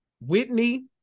Whitney